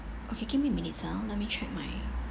okay give me a minute ah let me check my